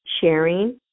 sharing